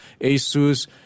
Asus